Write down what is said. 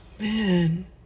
Man